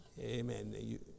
Amen